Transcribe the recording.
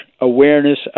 awareness